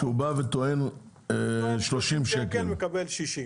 במקום 30 שקל מקבל 60,